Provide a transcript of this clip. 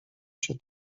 się